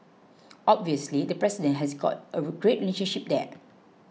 obviously the president has got a great relationship there